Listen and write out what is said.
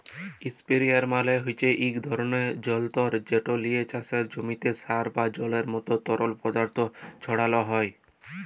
ইসপেরেয়ার মালে হছে ইক ধরলের জলতর্ যেট লিয়ে চাষের জমিতে সার বা জলের মতো তরল পদাথথ ছড়ালো হয়